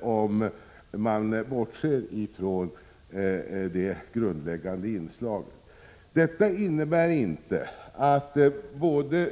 om man bortser ifrån detta grundläggande inslag. Detta innebär inte att både